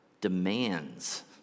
demands